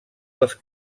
dels